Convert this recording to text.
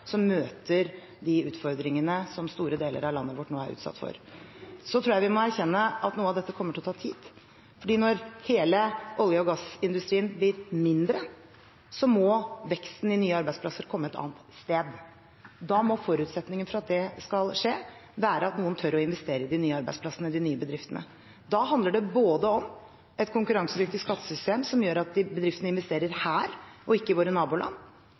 som møter de utfordringene som store deler av landet vårt nå er utsatt for. Så tror jeg vi må erkjenne at noe av dette kommer til å ta tid, for når hele olje- og gassindustrien blir mindre, må veksten i nye arbeidsplasser komme et annet sted. Da må forutsetningene for at det skal skje, være at noen tør å investere i de nye arbeidsplassene, i de nye bedriftene. Da handler det både om et konkurransedyktig skattesystem som gjør at bedriftene investerer her, og ikke i våre naboland,